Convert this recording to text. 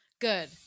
good